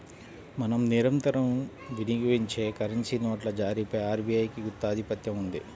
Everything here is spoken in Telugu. మనం నిరంతరం వినియోగించే కరెన్సీ నోట్ల జారీపై ఆర్బీఐకి గుత్తాధిపత్యం ఉంది